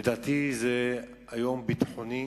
לדעתי זה היום ביטחוני,